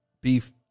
beef